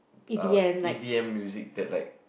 uh E_D_M music that like